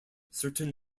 certain